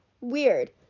Weird